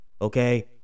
Okay